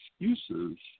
excuses